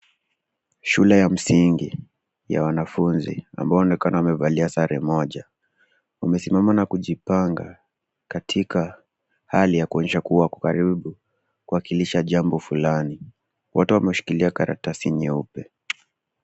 Shule ya msingi, ya wanafunzi ambao waonekana wamevalia sare moja, wamesimama na kujipanga katika hali ya kuonyesha kuwa wako karibu, kuashiria jambo fulani, wote wameshikilia karatasi nyeupe.